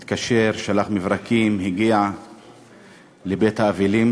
התקשר, שלח מברק, הגיע לבית האבלים.